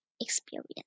experience